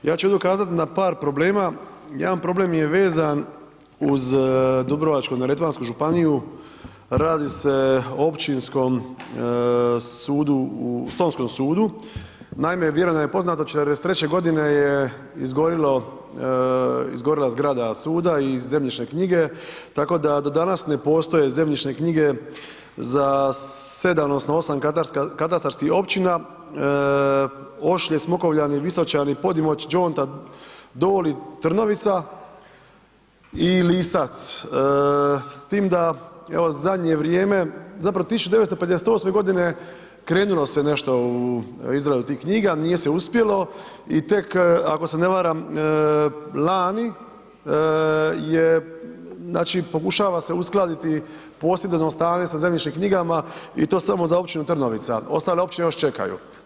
Ja ću ovdje ukazat na par problema, jedan problem je vezan uz Dubrovačko-neretvansku županiju, radi se o općinskom sudu u, stonskom sudu, naime, vjerujem da je poznato, 1943.g. je izgorila zgrada suda i zemljišne knjige, tako da do danas ne postoje zemljišne knjige za 7 odnosno 8 katastarskih općina, Ošlje, Smokovljani, Visočani, Podimoć, Đonta, Doli, Trnovica i Lisac s tim da evo zadnje vrijeme, zapravo 1958.g. krenulo se nešto u izradu tih knjiga, nije se uspjelo i tek, ako se ne varam, lani je, znači pokušava se uskladiti posjedovno stanje sa zemljišnim i to samo za općinu Trnovica, ostale općine još čekaju.